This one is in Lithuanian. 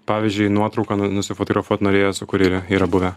pavyzdžiui nuotrauką nusifotografuot norėjo su kurjeriu yra buvę